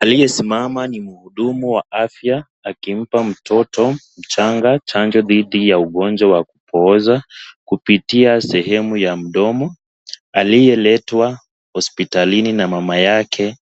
Aliyesimama ni mhudumu wa afya akimpa mtoto mchanga chanjo dhidi ya ugonjwa wa kupooza kupitia sehemu ya mdomo, aliyeletwa hospitalini na mama yake